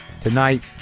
tonight